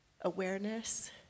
awareness